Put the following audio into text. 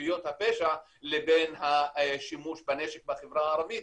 כנופיות הפשע לבין השימוש בנשק בחברה הערבית,